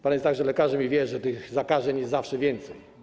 Pan jest także lekarzem i wie, że zakażeń jest zawsze więcej.